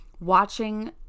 Watching